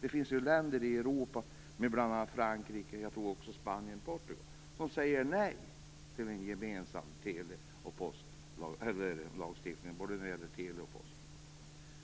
Det finns länder i Europa, bl.a. Frankrike, Spanien och Portugal, som säger nej till en gemensam tele och postlagstiftning